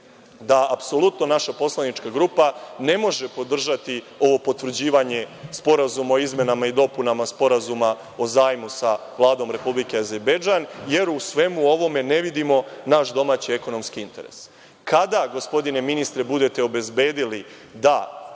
da apsolutno naša poslanička grupa ne može podržati ovo potvrđivanje Sporazuma o izmenama i dopunama Sporazuma o zajmu sa Vladom Republike Azerbejdžan, jer u svemu ovome ne vidimo naš domaći ekonomski interes. Kada gospodine ministre budete obezbedili da